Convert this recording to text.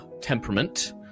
temperament